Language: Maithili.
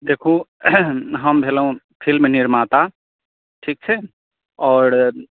देखू हम भेलहुँ फिल्म निर्माता ठीक छै आओर